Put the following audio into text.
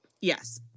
Yes